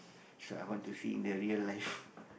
so I want to see in the real life